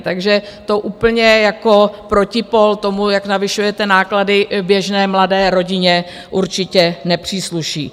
Takže to úplně jako proti pól tomu, jak navyšujete náklady běžné mladé rodině, určitě nepřísluší.